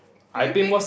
do you pay